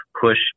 push